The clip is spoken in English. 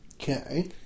Okay